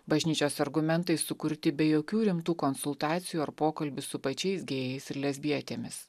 bažnyčios argumentai sukurti be jokių rimtų konsultacijų ar pokalbių su pačiais gėjais ir lesbietėmis